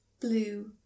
blue